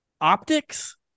optics